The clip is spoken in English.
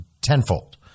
tenfold